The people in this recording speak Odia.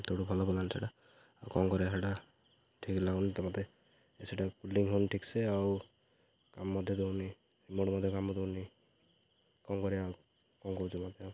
ତୋଠୁ ଭଲ ପଡ଼ିଲାନି ସେଇଟା ଆଉ କ'ଣ କରିବା ସେଟା ଠିକ୍ ଲାଗୁନି ତ ମତେ ସେଇଟା କୁଲିଂ ହେଉନି ଠିକ୍ସେ ଆଉ କାମ ମଧ୍ୟ ଦେଉନି ରିମୋଟ୍ ମଧ୍ୟ କାମ ଦେଉନି କ'ଣ କରିବା ଆଉ କ'ଣ କହୁଛୁ ମୋତେ ଆଉ